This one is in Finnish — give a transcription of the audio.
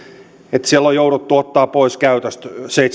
että siellä on jouduttu ottamaan pois käytöstä